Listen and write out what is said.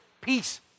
peace